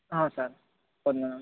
ହଁ ସାର୍ ପଦ୍ମନାଡ଼